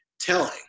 telling